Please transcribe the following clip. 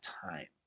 time